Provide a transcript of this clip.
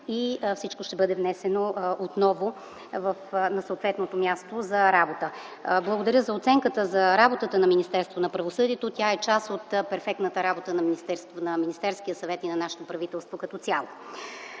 и всичко ще бъде внесено отново на съответното място за работа. Благодаря за оценката за работата на Министерството на правосъдието, тя е част от перфектната работа на Министерския съвет и на нашето правителство като цяло.